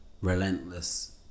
relentless